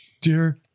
Dear